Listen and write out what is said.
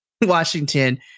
Washington